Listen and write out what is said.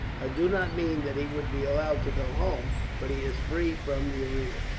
i do not mean that he would be allowed to go home, but he is free from the arena.